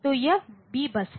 तो यह B बस है